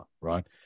Right